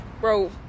bro